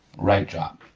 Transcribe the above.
right drop.